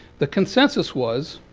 the consensus was